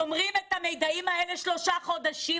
שומרים את המידעים האלה שלושה חודשים,